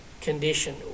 condition